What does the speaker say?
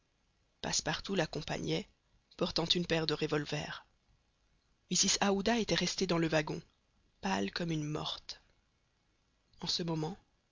passepartout l'accompagnait portant une paire de revolvers mrs aouda était restée dans le wagon pâle comme une morte en ce moment